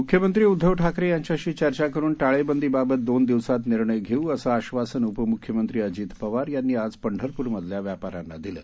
मुख्यमंत्री उद्धव ठाकरे यांच्याशी चर्चा करुन टाळेबंदीबाबत दोन दिवसात निर्णय घेऊ असं आश्वासन उपमुख्यमंत्री अजित पवार यांनी आज पंढरपूर मधल्या व्यापाऱ्यांना दिलं